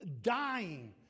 dying